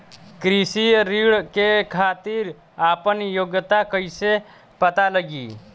कृषि ऋण के खातिर आपन योग्यता कईसे पता लगी?